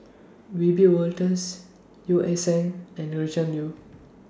Wiebe Wolters Yeo Ah Seng and Gretchen Liu